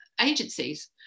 agencies